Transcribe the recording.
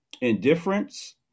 Indifference